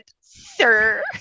sir